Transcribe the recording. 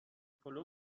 پلو